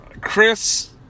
Chris